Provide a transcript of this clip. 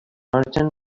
merchant